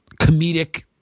comedic